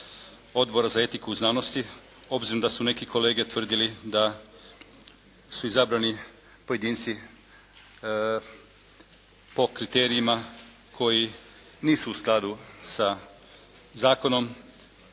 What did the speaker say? Odbora za etiku u znanosti, obzirom da su neki kolege tvrdili da su izabrani pojedinci po kriterijima koji nisu u skladu sa zakonom